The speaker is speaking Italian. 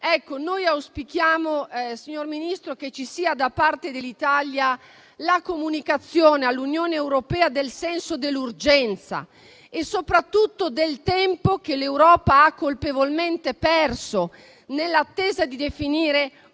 noi auspichiamo, signor Ministro, che ci sia da parte dell'Italia la comunicazione all'Unione europea del senso dell'urgenza e soprattutto del tempo che l'Europa ha colpevolmente perso nell'attesa di definire una